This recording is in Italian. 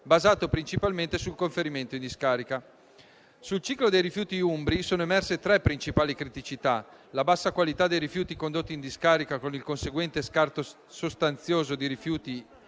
basato principalmente sul conferimento in discarica. Sul ciclo dei rifiuti umbri sono emerse tre principali criticità: la bassa qualità dei rifiuti condotti in discarica, con il conseguente scarto sostanzioso di rifiuti